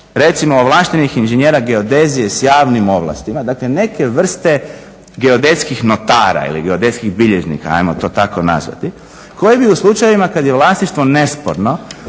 recimo ovlaštenih inženjera geodezije s javnim ovlastima, dakle neke vrste geodetskih notara ili geodetskih bilježnika ajmo to tako nazvati koji bi u slučajevima kad je vlasništvo nesporno